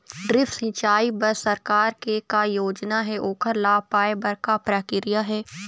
Drip सिचाई बर सरकार के का योजना हे ओकर लाभ पाय बर का प्रक्रिया हे?